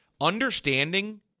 understanding